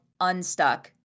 unstuck